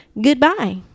Goodbye